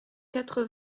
quatre